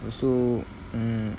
also um